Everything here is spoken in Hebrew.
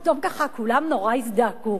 פתאום ככה כולם נורא הזדעקו,